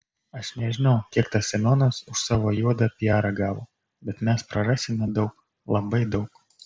aš nežinau kiek tas semionas už savo juodą piarą gavo bet mes prarasime daug labai daug